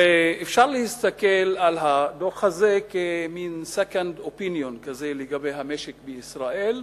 ואפשר להסתכל על הדוח הזה כמין second opinion כזה לגבי המשק בישראל,